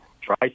Try